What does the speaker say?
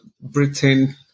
Britain